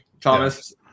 Thomas